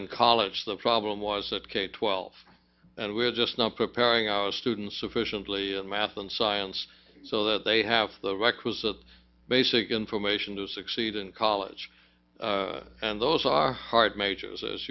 in college the problem was that k twelve and we're just not preparing our students sufficiently in math and science so that they have the requisite basic information to succeed in college and those are hard majors as